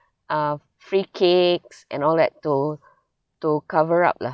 uh free cakes and all that to to cover up lah